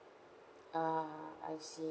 ah I see